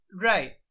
Right